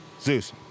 Zeus